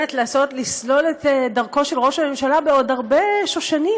לסלול את דרכו של ראש הממשלה בעוד הרבה שושנים,